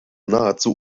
nahezu